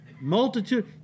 Multitude